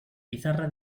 pizarra